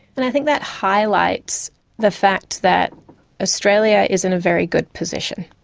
and i think that highlights the fact that australia is in a very good position.